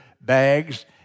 bags